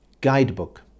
Guidebook